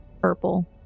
purple